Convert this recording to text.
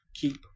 keep